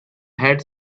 had